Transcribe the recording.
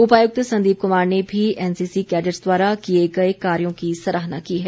उपायुक्त संदीप कुमार ने भी एनसीसी कैडेट्स द्वारा किए गए कार्यों की सराहना की है